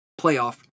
playoff